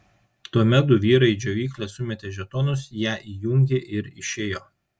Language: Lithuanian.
tuomet du vyrai į džiovyklę sumetė žetonus ją įjungė ir išėjo